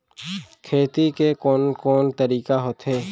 खेती के कोन कोन तरीका होथे?